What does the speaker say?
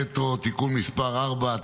(מטרו) (תיקון מס' 4),